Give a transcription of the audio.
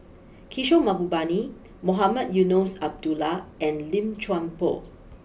Kishore Mahbubani Mohamed Eunos Abdullah and Lim Chuan Poh